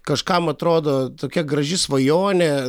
kažkam atrodo tokia graži svajonė